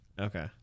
Okay